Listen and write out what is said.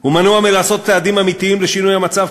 הוא מנוע מלעשות צעדים אמיתיים לשינוי המצב,